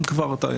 אם אתה מציין,